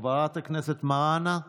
חברת הכנסת מראענה,